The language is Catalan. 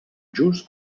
just